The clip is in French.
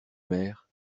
mer